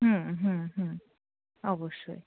হুম হুম হুম অবশ্যই